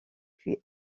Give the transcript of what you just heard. puis